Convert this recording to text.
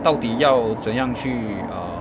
到底要怎样去 err